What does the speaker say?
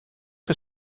que